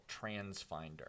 TransFinder